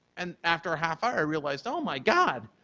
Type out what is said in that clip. and after a half hour i realized, oh my god,